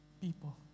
people